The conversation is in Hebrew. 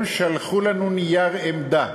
הם שלחו לנו נייר עמדה,